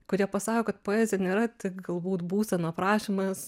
kurie pasako kad poezija nėra tik galbūt būsenų aprašymas